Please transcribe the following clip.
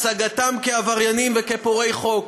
את הצגתם כעבריינים וכפורעי חוק.